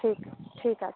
ঠিক ঠিক আছে